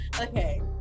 okay